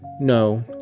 No